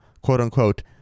quote-unquote